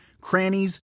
crannies